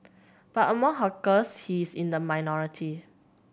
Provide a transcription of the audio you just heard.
but among hawkers he is in the minority